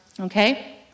Okay